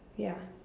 ya